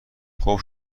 خوب